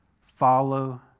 Follow